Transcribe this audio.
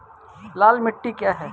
लाल मिट्टी क्या है?